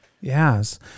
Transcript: Yes